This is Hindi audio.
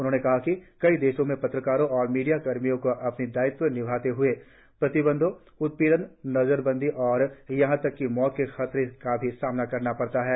उन्होंने कहा कि कई देशों में पत्रकारों और मीडियाकर्मियों को अपना दायित्व निभाते ह्ए प्रतिबंधों उत्पीड़न नजरबंदी और यहां तक की मौत के खतरे का भी सामना करना पड़ता है